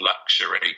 luxury